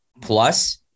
plus